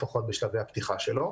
לפחות בשלבי הפתיחה שלו.